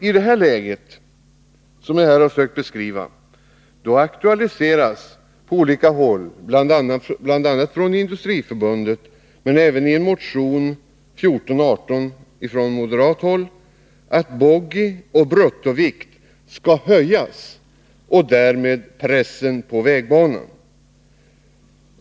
I det läge som jag här har sökt beskriva aktualiseras från olika håll, bl.a. från Industriförbundet och i motion 1418 från moderat håll, att boggieoch bruttovikt skall höjas — och därmed pressen på vägbanan ökas.